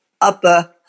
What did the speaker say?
upper